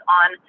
on